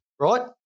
right